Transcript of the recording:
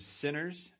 sinners